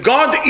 God